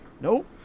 Nope